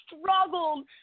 struggled